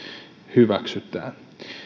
hyväksytään